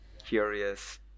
curious